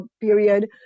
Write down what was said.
period